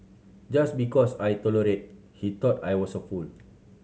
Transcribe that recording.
just because I tolerated he thought I was a fool